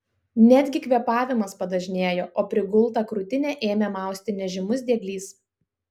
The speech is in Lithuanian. netgi kvėpavimas padažnėjo o prigultą krūtinę ėmė mausti nežymus dieglys